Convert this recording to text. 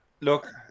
look